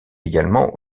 également